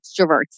extroverts